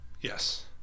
Yes